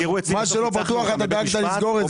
מה שלא פתוח אתה דאגת לסגור את זה.